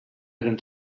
eren